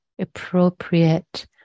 appropriate